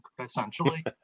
essentially